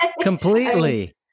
Completely